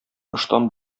ыштан